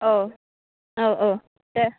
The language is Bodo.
औ औ औ दे